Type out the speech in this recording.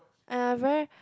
ah where